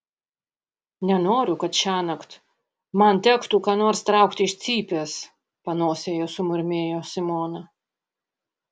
nenoriu kad šiąnakt man tektų ką nors traukti iš cypės panosėje sumurmėjo simona